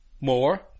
more